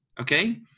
okay